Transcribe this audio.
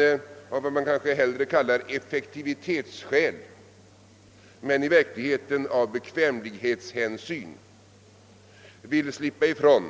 Det kanske hellre talas om effektivitetsskäl men i verkligheten vill man av bekvämlighetshänsyn slippa ifrån